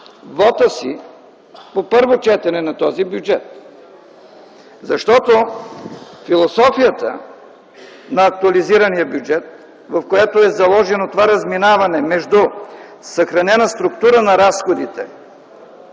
вота си по първо четене на този бюджет. Защото философията на актуализирания бюджет, в която е заложено това разминаване между съхранена структура на разходите